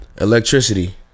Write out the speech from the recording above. electricity